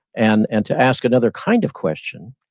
and and to ask another kind of question.